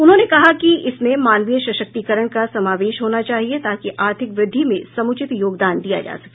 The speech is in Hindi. उन्होंने कहा कि इसमें मानवीय सशक्तीकरण का समावेश होना चाहिए ताकि आर्थिक वृद्धि में समुचित योगदान किया जा सके